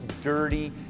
dirty